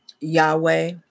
Yahweh